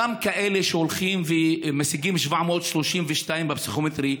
גם כאלה שהולכים ומשיגים 732 בפסיכומטרי,